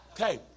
Okay